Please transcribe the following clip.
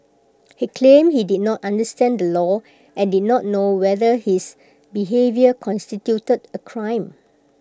he claimed he did not understand the law and did not know whether his behaviour constituted A crime